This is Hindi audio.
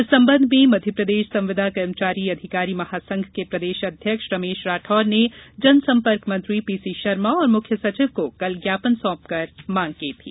इस सम्बंध में मध्यप्रदेश संविदा कर्मचारी अधिकारी महासंघ के प्रदेश अध्यक्ष रमेश राठौर ने जनसंपर्क मत्री पीसी शर्मा और मुख्य सचिव को कल ज्ञापन सौंपकर मांग की थी